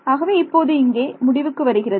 ஆகவே இப்போது இங்கே முடிவுக்கு வருகிறது